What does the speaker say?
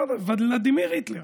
"ולדימיר היטלר".